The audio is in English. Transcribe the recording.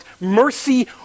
mercy